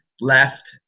left